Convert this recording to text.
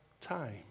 time